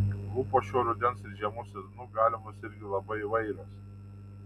lūpos šiuo rudens ir žiemos sezonu galimos irgi labai įvairios